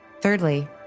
Thirdly